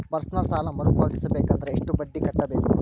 Personal ಸಾಲ ಮರು ಪಾವತಿಸಬೇಕಂದರ ಎಷ್ಟ ಬಡ್ಡಿ ಕಟ್ಟಬೇಕು?